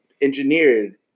engineered